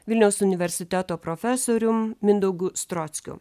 vilniaus universiteto profesorium mindaugu strockiu